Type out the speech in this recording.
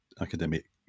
academic